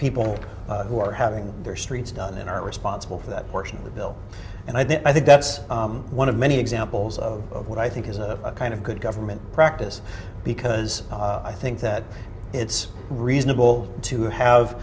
people who are having their streets done in are responsible for that portion of the bill and i think that's one of many examples of what i think is a kind of good government practice because i think that it's reasonable to have